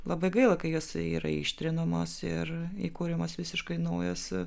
labai gaila kai jos yra ištrinamos ir įkuriamos visiškai naujos